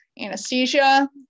anesthesia